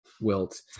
Wilt